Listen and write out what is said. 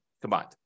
combined